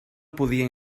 podia